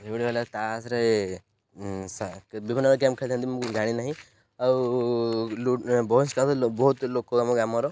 ଏଭଳି ହେଲା ତାସରେ ବିଭିନ୍ନ ପ୍ରକାର ଗେମ୍ ଖେଳିଥାନ୍ତି ମୁଁ ଜାଣି ନାହିଁ ଆଉ ବୟସ୍କ ବହୁତ ଲୋକ ଆମ ଗ୍ରାମର